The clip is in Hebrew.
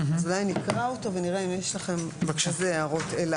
אולי נקרא אותו ונראה אם יש לכם איזה הערות אליו.